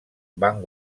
van